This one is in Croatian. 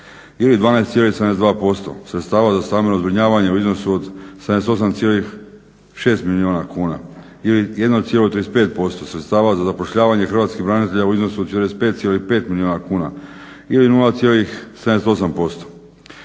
ili 12,72% sredstava za stambeno zbrinjavanje u iznosu od 78,6 milijuna kuna ili 1,35% sredstava za zapošljavanje hrvatskih branitelja u iznosu od 45,5 milijuna kuna ili 0,78%.